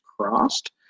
crossed